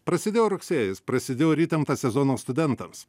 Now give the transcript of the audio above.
prasidėjo rugsėjis prasidėjo ir įtemptas sezonas studentams